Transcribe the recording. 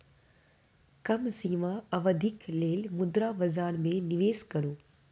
कम सीमा अवधिक लेल मुद्रा बजार में निवेश करू